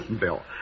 Bill